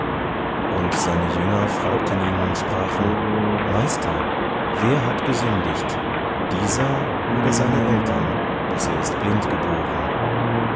und seine jünger fragten ihn und sprachen meister wer hat gesündigt dieser oder seine eltern daß er ist blind geboren